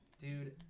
Dude